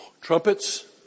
Trumpets